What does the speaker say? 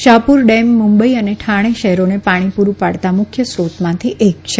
Shahpur dam Mumbai અને ઠાણે શહેરોને પાણી પુરૂં પાડતા મુખ્ય શ્રોતોમાંથી એક છે